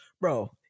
Bro